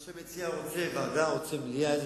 מה שהמציע רוצה, ועדה או מליאה.